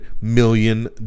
million